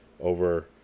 Over